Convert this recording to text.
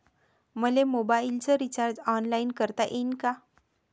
मले मोबाईलच recharge online करता येईन का?